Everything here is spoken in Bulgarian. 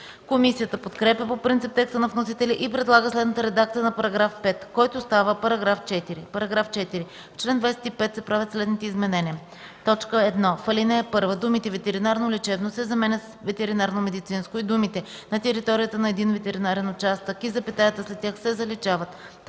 Комисията подкрепя по принцип текста на вносителя и предлага следната редакция на § 5, който става § 4: „§ 4. В чл. 25 се правят следните изменения: 1. В ал. 1 думите „ветеринарно лечебно” се заменят с „ветеринарномедицинско” и думите „на територията на един ветеринарен участък” и запетаята след тях се заличават.